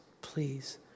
please